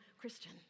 Christian